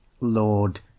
Lord